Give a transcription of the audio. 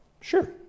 Sure